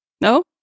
No